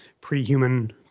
pre-human